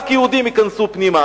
רק יהודים ייכנסו פנימה".